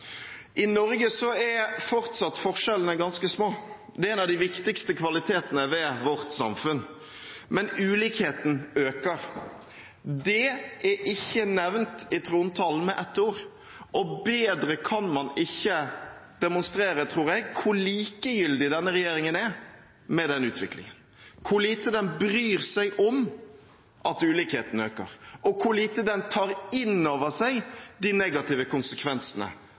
I Norge er forskjellene fortsatt ganske små, det er en av de viktigste kvalitetene ved vårt samfunn. Men ulikheten øker. Det er ikke nevnt i trontalen med ett ord, og bedre kan man ikke demonstrere, tror jeg, hvor likegyldig denne regjeringen er til den utviklingen, hvor lite den bryr seg om at ulikheten øker, og hvor lite den tar innover seg de negative konsekvensene